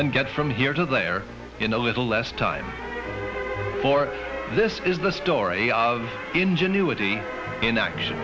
and get from here to there in a little less time for this is the story of ingenuity in act